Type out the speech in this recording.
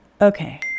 Okay